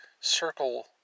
circle